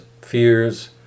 fears